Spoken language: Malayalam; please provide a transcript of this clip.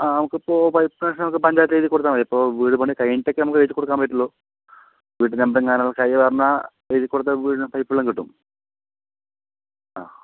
ആ നമുക്കിപ്പോൾ പൈപ്പ് കണക്ഷനൊക്കെ പഞ്ചായത്ത് എഴുതി കൊടുത്താൽ മതി ഇപ്പോൾ വീട് പണി കഴിഞ്ഞിട്ടൊക്കെ നമുക്കെഴുതി കൊടുക്കാൻ പറ്റുകയുള്ളു വീട്ട് നമ്പറും സാധനങ്ങളും ഒക്കെ കയ്യിൽ വന്നാൽ എഴുതി കൊടുത്താൽ വീടിന് പൈപ്പ് വെള്ളം കിട്ടും ആ